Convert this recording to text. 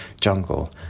jungle